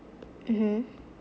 mmhmm